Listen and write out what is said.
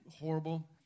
horrible